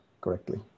correctly